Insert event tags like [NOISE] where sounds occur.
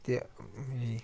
تہِ [UNINTELLIGIBLE]